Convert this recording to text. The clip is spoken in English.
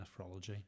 Nephrology